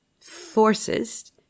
forces